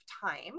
time